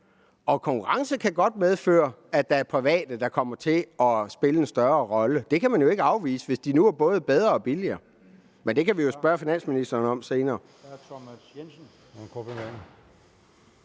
Og konkurrence kan godt medføre, at der er private, der kommer til at spille en større rolle. Det kan man jo ikke afvise, hvis de nu er både bedre og billigere. Men det kan vi spørge finansministeren om senere.